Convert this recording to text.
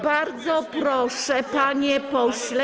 Bardzo proszę, panie pośle.